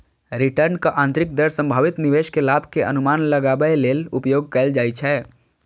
रिटर्नक आंतरिक दर संभावित निवेश के लाभ के अनुमान लगाबै लेल उपयोग कैल जाइ छै